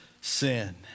sin